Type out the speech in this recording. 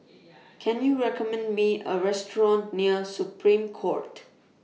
Can YOU recommend Me A Restaurant near Supreme Court